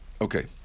Okay